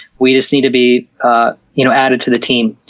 we just need to be ah you know added to the team.